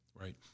right